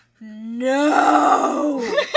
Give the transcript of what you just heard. No